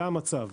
זה המצב.